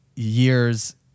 years